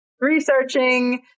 researching